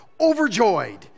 overjoyed